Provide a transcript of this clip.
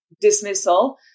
dismissal